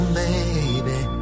baby